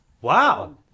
Wow